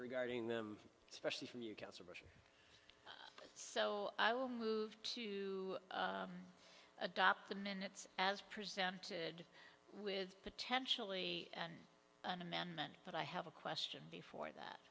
regarding them especially from you so i will move to adopt the minutes as presented with potentially an amendment that i have a question before that